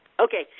Okay